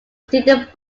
student